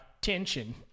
tension